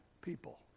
people